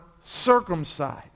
circumcised